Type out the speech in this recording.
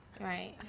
right